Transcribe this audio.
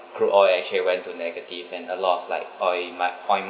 crude oil actually went to negative and a lot of like oil might point